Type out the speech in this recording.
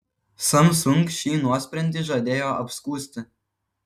samsung šį nuosprendį žadėjo apskųsti